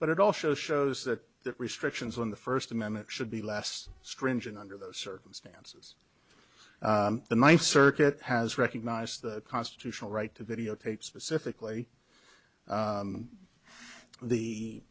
but it also shows that the restrictions on the first amendment should be less stringent under those circumstances the ninth circuit has recognized the constitutional right to videotape specifically